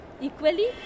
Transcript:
equally